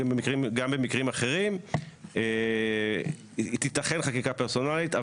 גם במקרים אחרים תיתכן חקיקה פרסונלית,